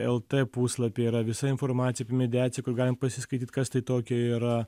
lt puslapyje yra visa informacija mediaciją kur galim pasiskaityt kas tai tokio yra